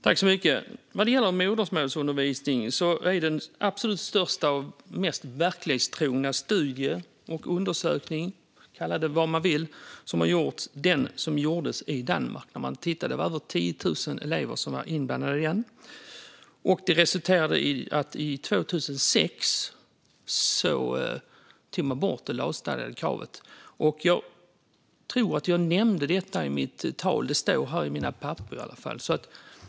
Herr talman! Den absolut största och mest verklighetstrogna studie eller undersökning - man kan kalla det vad man vill - som har gjorts vad gäller modersmålsundervisning är från Danmark. Det var över 10 000 elever som var inblandade i den. Studien resulterade i att man 2006 tog bort det lagstadgade kravet på modersmålsundervisning. Jag tror att jag nämnde detta i mitt tal; det står i mina papper i alla fall.